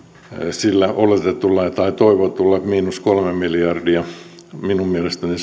sillä oletetulla tai toivotulla miinus kolmen miljardin tasolla minun mielestäni